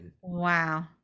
wow